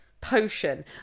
potion